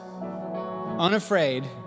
unafraid